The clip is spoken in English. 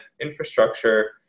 infrastructure